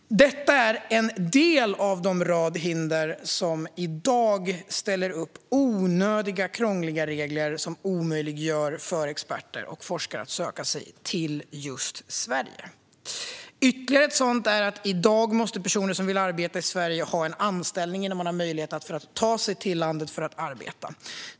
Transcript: Detta är några av de regler som i dag ställer upp onödiga, krångliga hinder som omöjliggör för experter och forskare att söka sig till just Sverige. Ytterligare ett sådant hinder är att personer som vill arbeta i Sverige i dag måste ha en anställning innan de har möjlighet att ta sig hit för att arbeta.